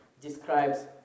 describes